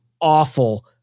awful